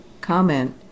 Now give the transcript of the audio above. comment